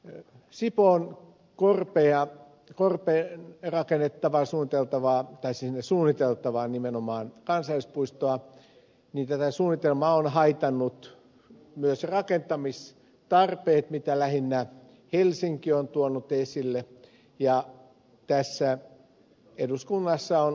yksi bone kolbea korpeen rakennettavan suun peltovaatteisiin sipoonkorpeen suunniteltavaa kansallispuistoa ovat haitanneet myös rakentamistarpeet mitä lähinnä helsinki on tuonut esille ja tässä eduskunnassa on useampi kansanedustaja ed